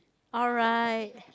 alright